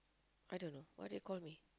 I don't know what do they call me